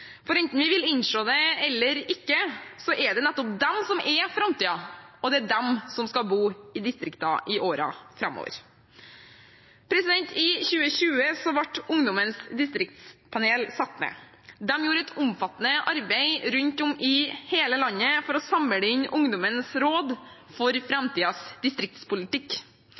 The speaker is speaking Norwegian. for enten vi vil innse det eller ikke, er det nettopp de som er framtiden, og det er de som skal bo i distriktene i årene framover. I 2020 ble Ungdommens distriktspanel satt ned. De gjorde et omfattende arbeid rundt om i hele landet for å samle inn ungdommens råd for framtidens distriktspolitikk.